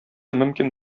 мөмкин